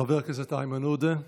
חבר הכנסת איימן עודה,